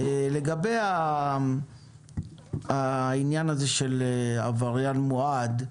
לגבי העניין הזה של עבריין מועד.